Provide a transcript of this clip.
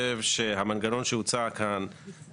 זה ההסדר שקיים היום בחקיקה.